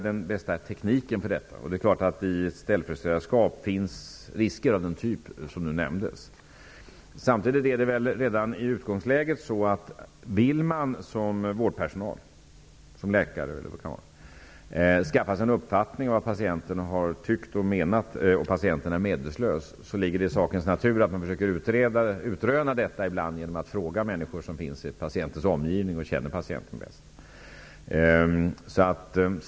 Den bästa tekniken för detta kan förstås diskuteras. I ställföreträdarskap finns risker av den typ som här nämnts. Utgångsläget är att det om patienten är medvetslös och man som läkare och annan vårdpersonal vill skaffa sig en uppfattning om vad patienten haft för önskemål, ligger i saken natur att man ibland försöker utröna detta genom att fråga de människor som finns i patientens omgivning, människor som känner patienten bäst.